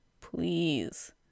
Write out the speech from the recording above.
please